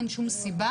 אין שום סיבה,